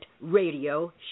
radio